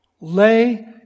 lay